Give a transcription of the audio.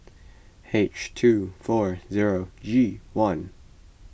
H two four zero G one